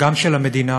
גם של המדינה,